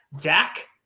Dak